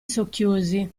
socchiusi